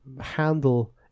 handle